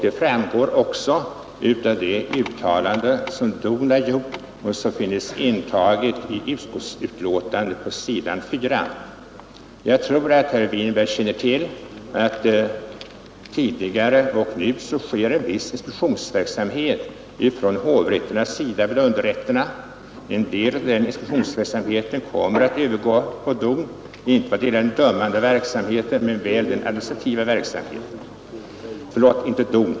Det framgår också av DON:s remissyttrande, som finns refererat på s. 4 i utskottsbetänkandet. Jag tror att herr Winberg känner till att hovrätterna nu gör vissa inspektioner vid underrätterna. En del av det inspektionsarbetet kommer att övergå på domstolsverket — inte i vad det gäller den dömande men väl den administrativa verksamheten.